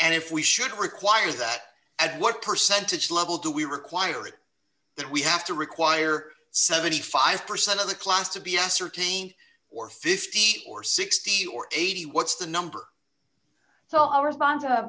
and if we should require that at what percentage level do we require it that we have to require seventy five percent of the clocks to be ascertained or fifty or sixty or eighty what's the number so i'll respond